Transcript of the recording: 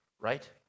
right